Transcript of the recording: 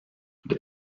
the